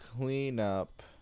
cleanup